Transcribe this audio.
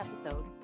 episode